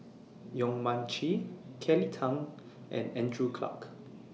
Yong Mun Chee Kelly Tang and Andrew Clarke